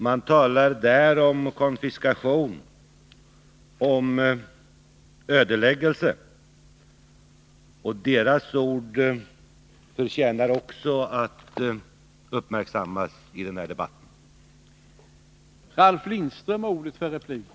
De talar om konfiskation, om ödeläggelse, och deras ord förtjänar också att uppmärksammas i denna debatt.